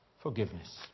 forgiveness